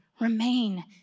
remain